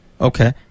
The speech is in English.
Okay